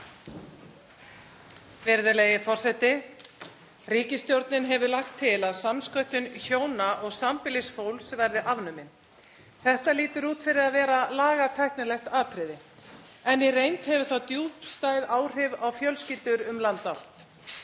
Virðulegi forseti. Ríkisstjórnin hefur lagt til að samsköttun hjóna og sambýlisfólks verði afnumin. Þetta lítur út fyrir að vera lagatæknilegt atriði en í reynd hefur það djúpstæð áhrif á fjölskyldur um land